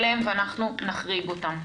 נצביע עליהם ונחריג אותם.